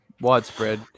widespread